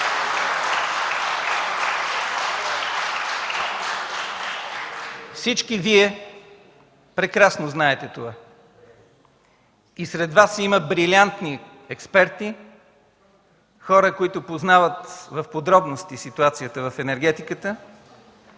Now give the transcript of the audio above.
Всички Вие прекрасно знаете това и сред Вас има брилянтни експерти, хора, които познават в подробности ситуацията в енергетиката